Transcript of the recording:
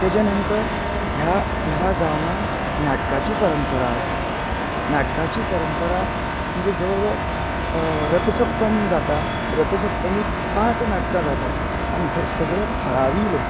तेज्या नंतर ह्या ह्या गांवांन नाटकाची परंपरा आसा नाटकाची परंपरा म्हणजे जवळ जवळ रतसप्तमींक जाता रतसप्तमीक पांच नाटकां जातात आनी हे सगळे थळावी लोक